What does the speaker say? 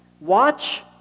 Watch